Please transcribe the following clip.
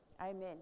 Amen